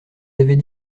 avait